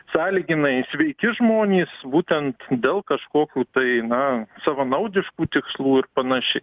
sąlyginai sveiki žmonės būtent dėl kažkokių tai na savanaudiškų tikslų ir panašiai